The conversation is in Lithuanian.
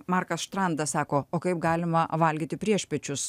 markas štrandas sako o kaip galima valgyti priešpiečius